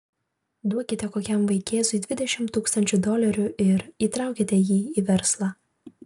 duokite kokiam vaikėzui dvidešimt tūkstančių dolerių ir įtraukite jį į verslą